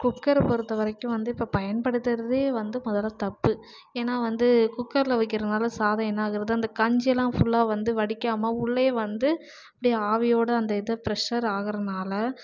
குக்கரை பொறுத்த வரைக்கும் வந்து இப்போ பயன்படுத்துறது வந்து முதல்ல தப்பு ஏன்னா வந்து குக்கரில் வைக்கிறனால சாதம் என்னாகிறது அந்த கஞ்சியெல்லாம் ஃபுல்லாக வந்து வடிக்காமல் உள்ளேயே வந்து அப்படியே ஆவியோடு அந்த இதை ப்ரெஷர் ஆகிறனால